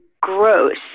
gross